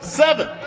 seven